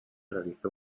realizó